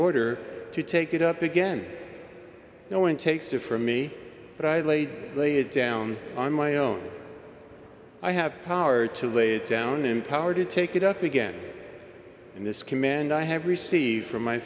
order to take it up again no one takes it from me but i laid it down on my own i have power to lay it down in power to take it up again in this command i have received from my